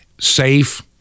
safe